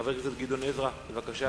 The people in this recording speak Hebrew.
חבר הכנסת גדעון עזרא, בבקשה.